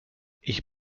ich